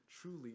truly